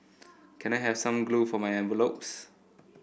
can I have some glue for my envelopes